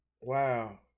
wow